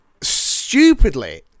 stupidly